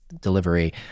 delivery